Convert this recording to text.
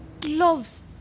gloves